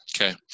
Okay